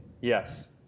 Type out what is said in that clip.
Yes